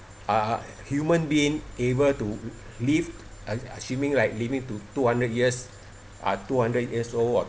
uh human being able to live as~ assuming like living to two hundred years uh two hundred years old